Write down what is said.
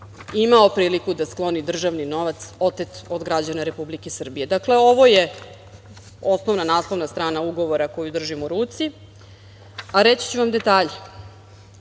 imao priliku da skloni državni novac otet od građana Republike Srbije. Dakle, ovo je osnovna naslovna strana ugovora koji držim u ruci, a reći ću vam detalje.